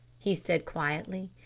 he said quietly.